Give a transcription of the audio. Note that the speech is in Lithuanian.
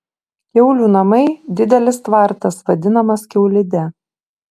kiaulių namai didelis tvartas vadinamas kiaulide